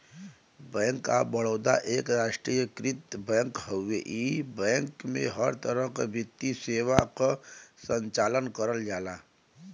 bank of Baroda एक राष्ट्रीयकृत bank हउवे इ बैंक में हर तरह क वित्तीय सेवा क संचालन करल जाला